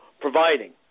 providing